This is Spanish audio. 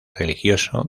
religioso